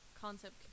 concept